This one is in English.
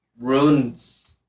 Runes